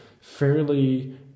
fairly